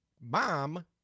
mom